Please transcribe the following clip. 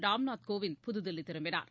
ராம்நாத் கோவிந்த் புதுதில்வி திரும்பினார்